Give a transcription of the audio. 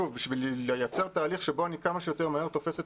וזאת בשביל לייצר תהליך שבו אני תופס את